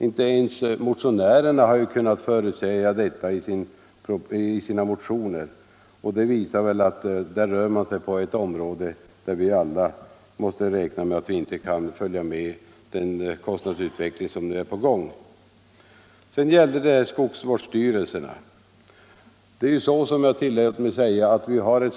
Inte ens motionärerna har kunnat förutsäga detta i sina motioner, och det visar väl att här rör man sig på ett område där vi alla måste räkna med att vi inte kan följa med och förutsäga den kostnadsutveckling som nu pågår. Sedan gällde det skogsvårdsstyrelserna.